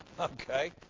Okay